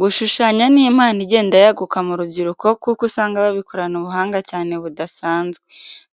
Gushushanya ni impano igenda yaguka mu rubyiruko kuko usanga babikorana ubuhanga cyane budasanzwe,